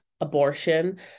abortion